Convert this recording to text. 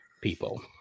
people